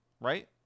right